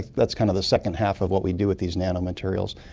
that's kind of the second half of what we do with these nanomaterials.